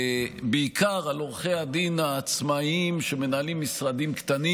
בעיקר על עורכי הדין העצמאים שמנהלים משרדים קטנים